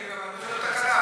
תקלה.